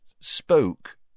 spoke